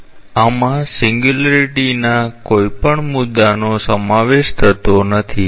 તેથી આમાં સિંગ્યુલારિટી ના કોઈપણ મુદ્દાનો સમાવેશ થતો નથી